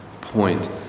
point